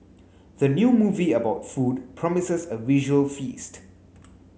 the new movie about food promises a visual feast